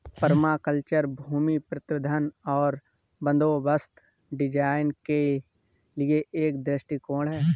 permaculture भूमि प्रबंधन और बंदोबस्त डिजाइन के लिए एक दृष्टिकोण है